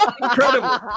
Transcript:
incredible